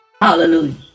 Hallelujah